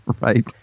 Right